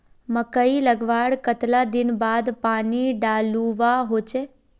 मकई लगवार कतला दिन बाद पानी डालुवा होचे?